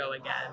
again